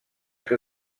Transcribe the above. que